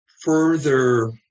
further